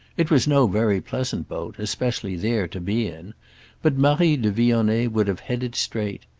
it was no very pleasant boat especially there to be in but marie de vionnet would have headed straight.